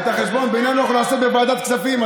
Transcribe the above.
את החשבון בינינו אנחנו נעשה בוועדת כספים.